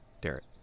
Derek